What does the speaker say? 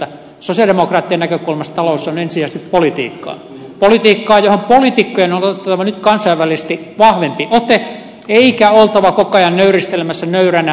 sosialidemokraattien näkökulmasta talous on ensisijaisesti politiikkaa politiikkaa johon poliitikkojen on otettava nyt kansainvälisesti vahvempi ote eikä oltava koko ajan nöyristelemässä nöyränä markkinavoimien edessä